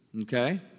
Okay